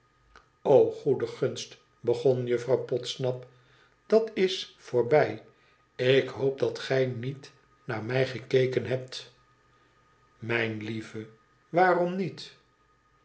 o goede gunst begon juffrouw podsnap i d a t's voorbij ik hoop dat gij niet naar mij gekeken hebt mijn lieve waarom niet